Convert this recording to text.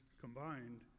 combined